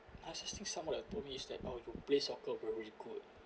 assisting some of that told me is that oh you play soccer were very good